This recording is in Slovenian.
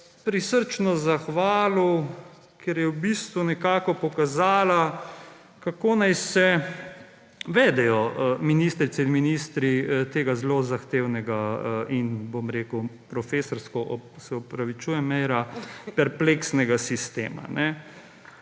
prisrčno zahvalil, ker je v bistvu nekako pokazala, kako naj se vedejo ministrice in ministri tega zelo zahtevnega in, bom rekel profesorsko, se opravičujem, Meira, perpleksnega sistema.